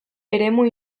eremu